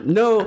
no